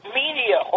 media